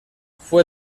fue